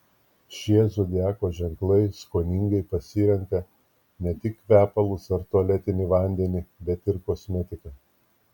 šie zodiako ženklai skoningai pasirenka ne tik kvepalus ar tualetinį vandenį bet ir kosmetiką